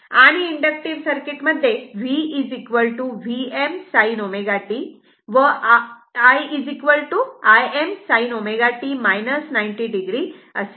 आणि inductive circuit मध्ये V Vm sin ω t व Im sin ω t 90 o आहे